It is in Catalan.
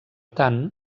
tant